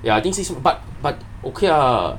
ya think si~ but but okay lah